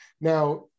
Now